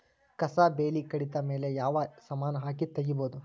ಕಸಾ ಬೇಲಿ ಕಡಿತ ಮೇಲೆ ಯಾವ ಸಮಾನ ಹಾಕಿ ತಗಿಬೊದ?